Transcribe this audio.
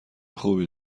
خوبی